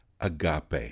Agape